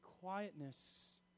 quietness